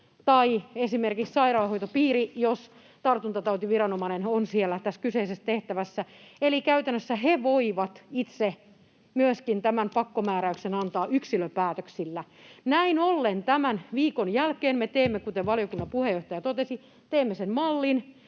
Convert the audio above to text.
tai esimerkiksi sairaanhoitopiiri, jos tartuntatautiviranomainen on siellä tässä kyseisessä tehtävässä, eli käytännössä he voivat itse myöskin tämän pakkomääräyksen antaa yksilöpäätöksillä. Näin ollen tämän viikon jälkeen me teemme, kuten valiokunnan puheenjohtaja totesi, sen mallin,